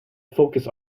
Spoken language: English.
focus